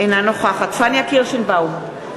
אינה נוכחת פניה קירשנבאום,